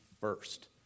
first